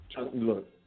Look